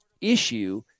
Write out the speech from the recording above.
issue